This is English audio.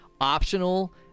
optional